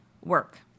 work